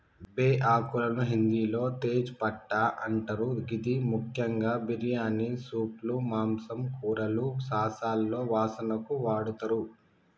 బేఆకులను హిందిలో తేజ్ పట్టా అంటరు గిది ముఖ్యంగా బిర్యానీ, సూప్లు, మాంసం, కూరలు, సాస్లలో వాసనకు వాడతరు